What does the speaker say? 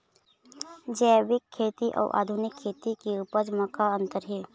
जैविक खेती अउ आधुनिक खेती के उपज म का अंतर हे?